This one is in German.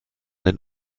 den